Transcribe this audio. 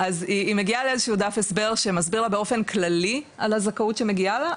ב-gov שמסביר לה באופן כללי על הזכאות שמגיעה לה,